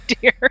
dear